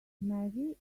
maggie